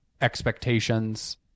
expectations